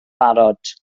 barod